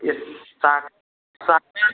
इस साक साकर